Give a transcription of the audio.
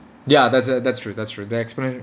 ya that's a that's true that's true the explanation